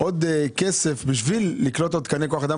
עוד כסף בשביל להוסיף תקנים.